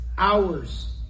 Hours